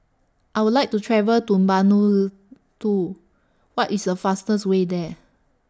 I Would like to travel to Vanuatu What IS The fastest Way There